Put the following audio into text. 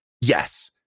Yes